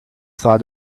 thought